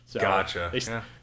Gotcha